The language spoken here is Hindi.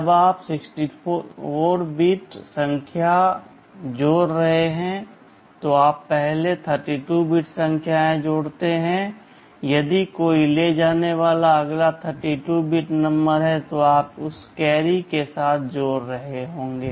जब आप दो 64 बिट संख्याएँ जोड़ रहे हैं तो आप पहले दो 32 बिट संख्याएँ जोड़ते हैं यदि कोई ले जाने वाला अगला 32 बिट नंबर है तो आप उस कैरी के साथ जोड़ रहे होंगे